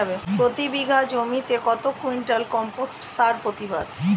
প্রতি বিঘা জমিতে কত কুইন্টাল কম্পোস্ট সার প্রতিবাদ?